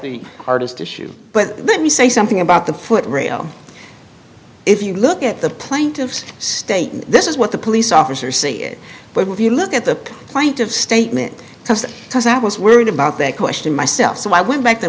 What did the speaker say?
artist issue but let me say something about the foot rail if you look at the plaintiff's state this is what the police officers see it but if you look at the plaintive statement just because i was worried about that question myself so i went back to